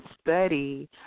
study